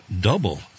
double